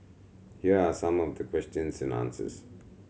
here are some of the questions and answers